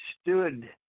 stood